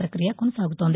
ప్రపకియ కొనసాగుతోంది